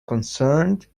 concerned